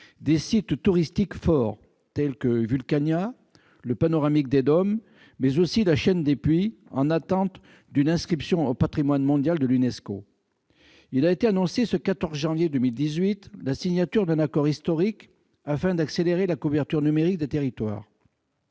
de sites touristiques importants tels que Vulcania, le Panoramique des Dômes, la chaîne des Puys, en attente d'une inscription au patrimoine mondial de l'UNESCO. Il a été annoncé ce 14 janvier 2018 la signature d'un accord historique afin d'accélérer la couverture numérique des territoires.